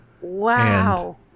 Wow